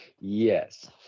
Yes